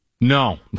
No